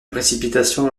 précipitations